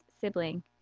sibling